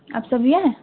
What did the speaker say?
آپ صبیحہ ہیں